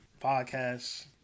podcast